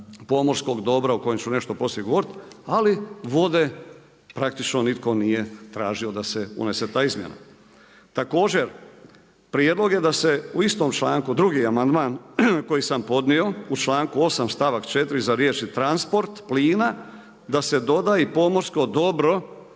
pomorskog dobra o kojem ću nešto poslije govoriti, ali vode praktično nitko nije tražio da se unese ta izmjena. Također prijedlog je da se u istom članku, drugi amandman koji sam podnio u članku 8. stavak 4 za riješiti transport plina, da se doda i pomorsko dobro,